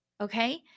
okay